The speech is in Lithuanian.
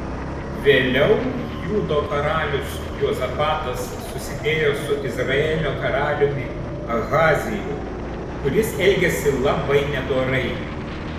vėliau judo karalius juozapatas susidėjo su izraelio karaliumi ahaziju kuris elgėsi labai nedorai